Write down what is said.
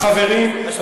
חברים,